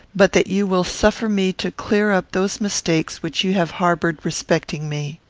but that you will suffer me to clear up those mistakes which you have harboured respecting me.